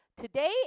Today